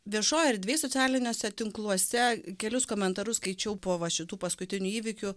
viešoj erdvėj socialiniuose tinkluose kelis komentarus skaičiau po va šitų paskutinių įvykių